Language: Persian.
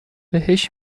بهش